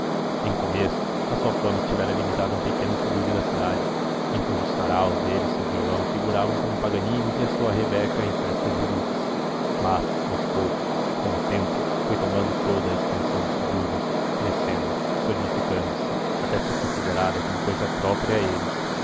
em começo a sua fama estivera limitada a um pequeno subúrbio da cidade em cujos saraus ele e seu violão figuravam como paganini e a sua rabeca em festas de duques mas aos poucos com o tempo foi tomando toda a extensão dos subúrbios crescendo solidificando se até ser considerada como cousa própria a eles